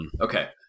Okay